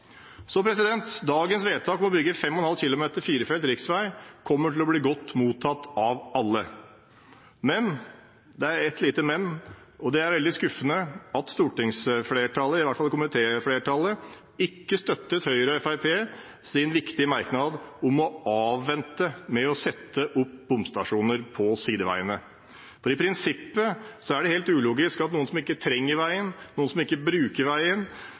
dagens vedtak om å bygge 5,5 km firefelts riksvei kommer til å bli godt mottatt av alle. Men – for det er et lite «men»: Det er veldig skuffende at stortingsflertallet, i hvert fall komitéflertallet, ikke støttet Høyres og Fremskrittspartiets viktige merknad om å avvente å sette opp bomstasjoner på sideveiene, for i prinsippet er det helt ulogisk at noen som ikke trenger veien, noen som ikke bruker veien,